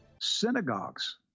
Synagogues